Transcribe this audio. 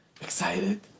excited